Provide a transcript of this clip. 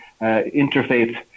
interfaith